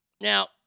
Now